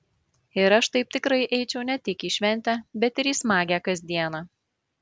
ir aš taip tikrai eičiau ne tik į šventę bet ir į smagią kasdieną